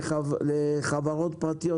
לצערי הרב,